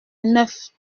neuf